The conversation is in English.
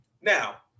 now